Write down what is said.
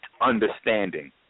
understanding